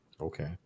Okay